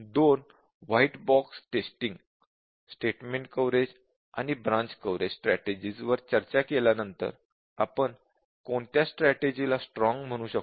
दोन white box testing statement coverage आणि branch coverage strategies वर चर्चा केल्यानंतर आपण कोणत्या स्ट्रॅटेजि ला स्ट्रॉंग टेस्टिंग म्हणू शकतो